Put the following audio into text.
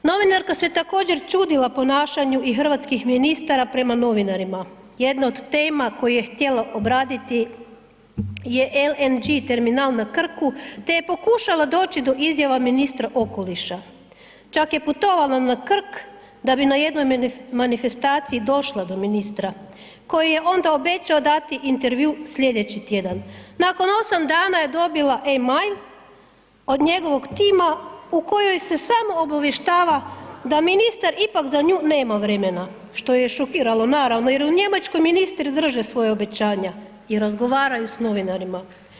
Novinarka se također čudila ponašanju i hrvatskih ministara prema novinarima, jedna od tema koju je htjela obraditi je LNG terminal na Krku, te je pokušala doći do izjava ministra okoliša, čak je putovala na Krk da bi na jednoj manifestaciji došla do ministra koji je onda obećao dati intervjuu slijedeći tjedan, nakon 8 dana je dobila e-mail od njegovog tima u kojoj se samo obavještava da ministar ipak za nju nema vremena, što ju je šokiralo naravno jer u Njemačkoj ministri drže svoja obećanja i razgovaraju s novinarima.